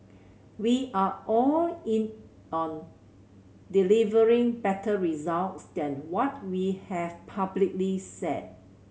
we are all in on delivering better results than what we have publicly said